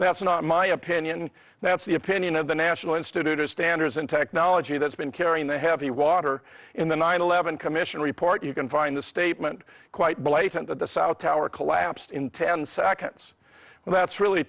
apiece that's not my opinion that's the opinion of the national institute of standards and technology that's been carrying the heavy water in the nine eleven commission report you can find the statement quite blatant that the south tower collapsed in ten seconds and that's really